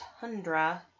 Tundra